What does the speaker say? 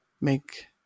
make